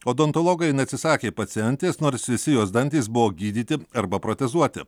odontologai neatsisakė pacientės nors visi jos dantys buvo gydyti arba protezuoti